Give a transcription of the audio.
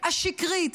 השקרית,